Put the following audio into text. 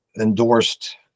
endorsed